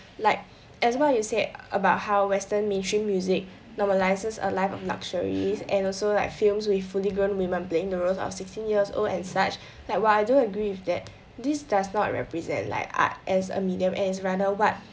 like as what you said about how western mainstream music normalizes a life of luxuries and also like films with fully grown women playing the roles of sixteen-years-old and such like while I do agree with that this does not represent like art as a medium it is rather what